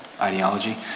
ideology